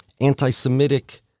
anti-Semitic